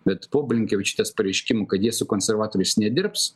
bet po blinkevičiūtės pareiškimų kad jie su konservatoriais nedirbs